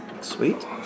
Sweet